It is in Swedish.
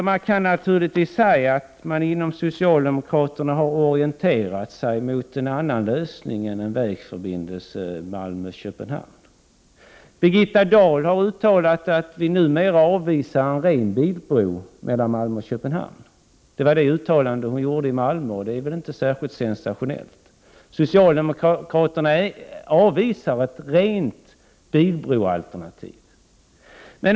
Man kan naturligtvis säga, Ulla Tillander, att socialdemokraterna har orienterat sig mot en annan lösning än en vägförbindelse Malmö— Köpenhamn. Birgitta Dahl har uttalat att man numera har avvisat en ren bilbro mellan Malmö och Köpenhamn. Det uttalandet gjorde hon i Malmö, och det var väl inte särskilt sensationellt. Socialdemokraterna avvisar alltså ett rent bilbroalternativ.